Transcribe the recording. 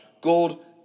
gold